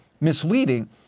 misleading